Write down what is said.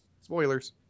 Spoilers